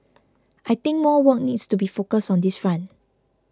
I think more want needs to be focused on this front